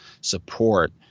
support